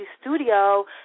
studio